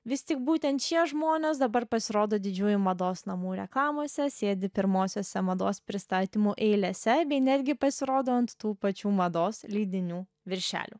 vis tik būtent šie žmonės dabar pasirodo didžiųjų mados namų reklamose sėdi pirmosiose mados pristatymų eilėse bei netgi pasirodo ant tų pačių mados leidinių viršelių